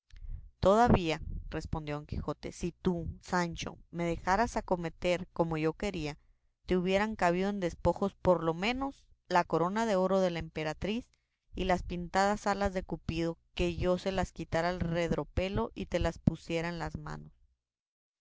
respondió don quijote si tú sancho me dejaras acometer como yo quería te hubieran cabido en despojos por lo menos la corona de oro de la emperatriz y las pintadas alas de cupido que yo se las quitara al redropelo y te las pusiera en las manos